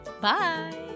Bye